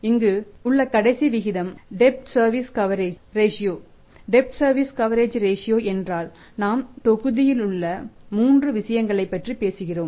இங்கு உள்ள கடைசி விகிதம் டேட் சர்வீஸ் கவரேஜ் ரேஸ்யோ என்றால் நாம் தொகுதியிலுள்ள மூன்று விஷயங்களைப் பற்றி பேசுகிறோம்